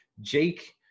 Jake